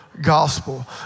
gospel